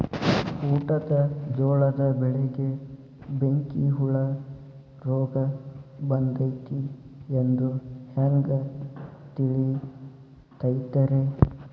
ಊಟದ ಜೋಳದ ಬೆಳೆಗೆ ಬೆಂಕಿ ಹುಳ ರೋಗ ಬಂದೈತಿ ಎಂದು ಹ್ಯಾಂಗ ತಿಳಿತೈತರೇ?